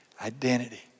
identity